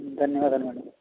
ధన్యవాదాలు మేడం